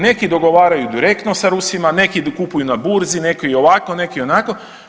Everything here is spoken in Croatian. Neki dogovaraju direktno sa Rusima, neki kupuju na burzi, neki ovako, neki onako.